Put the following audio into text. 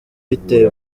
biteye